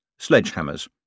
sledgehammers